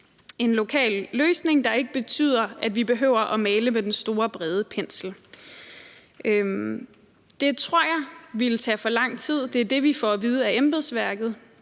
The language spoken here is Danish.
en lokal løsning, der ikke betyder, at vi behøver at male med den store brede pensel. Det tror jeg ville tage for lang tid. Det er det, vi får at vide af embedsværket.